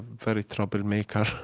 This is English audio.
very troublemaker